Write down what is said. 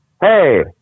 hey